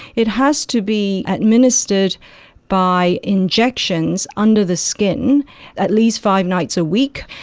it has to be administered by injections under the skin at least five nights a week.